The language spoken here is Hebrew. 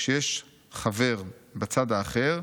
כשיש חבר בצד האחר,